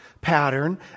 pattern